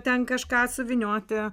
ten kažką suvynioti